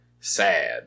Sad